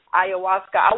ayahuasca